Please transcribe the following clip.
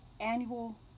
annual